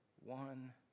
one